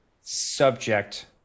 subject